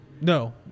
No